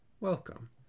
welcome